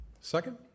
Second